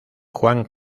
juan